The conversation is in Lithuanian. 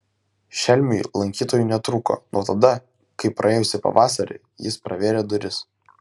šelmiui lankytojų netrūko nuo tada kai praėjusį pavasarį jis pravėrė duris